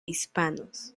hispanos